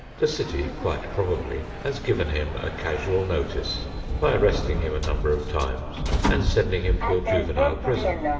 the city quite probably has given him a casual notice by arresting him a number of times and sending him to a juvenile prison,